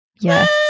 Yes